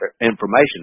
information